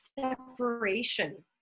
separation